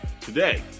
Today